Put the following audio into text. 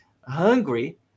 hungry